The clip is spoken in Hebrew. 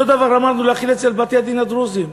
אותו דבר אמרנו להחיל לגבי בתי-הדין הדרוזיים.